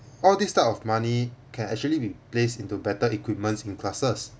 all this type of money can actually be placed into better equipments in classes